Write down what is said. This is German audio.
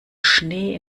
schnee